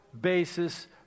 basis